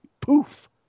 poof